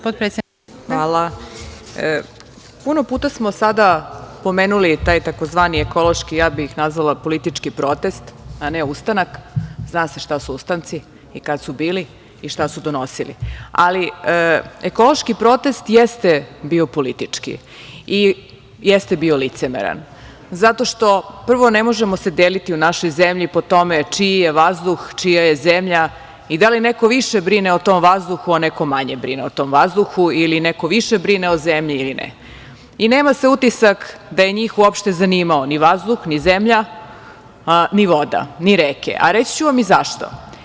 Puno puta smo sada pomenuli taj tzv. ekološki, ja bih ih nazvala politički protest, a ne ustanak, zna se šta su ustanci i kad su bili i šta su donosili, ali ekološki protest jeste bio politički i jeste bio licemeran zato što, prvo, ne možemo se deliti u našoj zemlji po tome čiji je vazduh, čija je zemlja i da li neko više brine o tom vazduhu, a neko manje brine o tom vazduhu ili neko više brine o zemlji ili ne i nema se utisak da je njih uopšte zanimao ni vazduh, ni zemlja, a ni voda, ni reke, a reći ću vam i zašto.